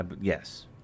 Yes